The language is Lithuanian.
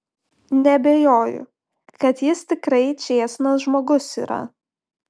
neabejoju kad jis tikrai čėsnas žmogus yra